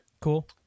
cool